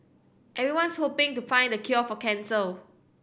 everyone's hoping to find the cure for cancer